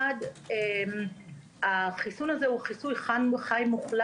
אחד, החיסון הזה חי מוחלש